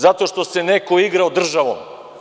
Zato što se neko igrao državom.